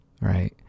right